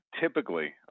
typically